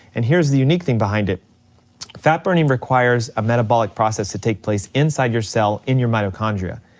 and here's the unique thing behind it fat burning requires a metabolic process to take place inside your cell in your mitochondria.